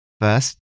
First